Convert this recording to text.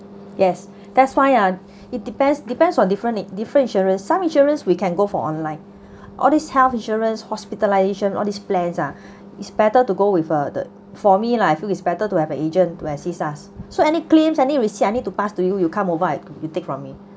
yes that's why ah it depends depends on different in~ different insurance some insurance we can go for online or this health insurance hospitalization or this place ah is better to go with uh the for me lah feel is better to have an agent to assist us so any claims I need I need to pass to you you come over I you take from me